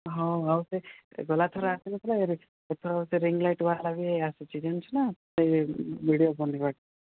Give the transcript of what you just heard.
ହଁ ଆଉ ସେ ଗଲା ଥର ଆସିନଥିଲା କିରେ ଏଥର ସେ ରିଙ୍ଗ ଲାଇଟ୍ ବାଲା ବି ଆସିଛି ଜାଣିଛୁ ନା ସେଇ ଭିଡ଼ିଓ ବନାଇବାକୁ